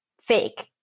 fake